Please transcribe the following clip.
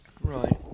Right